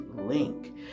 link